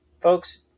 folks